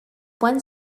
one